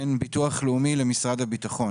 בין ביטוח לאומי למשרד הביטחון